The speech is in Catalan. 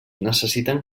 necessiten